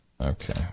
Okay